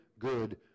good